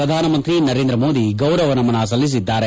ಪ್ರಧಾನಮಂತ್ರಿ ನರೇಂದ್ರ ಮೋದಿ ಗೌರವ ನಮನ ಸಲ್ಲಿಸಿದ್ದಾರೆ